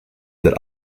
that